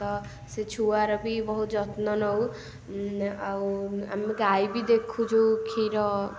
ତ ସେ ଛୁଆର ବି ବହୁତ୍ ଯତ୍ନ ନେଉ ଆମେ ଗାଈ ବି ଦେଖୁଛୁ କ୍ଷୀର